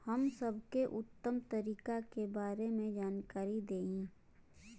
हम सबके उत्तम तरीका के बारे में जानकारी देही?